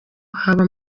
haba